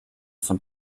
von